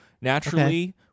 Naturally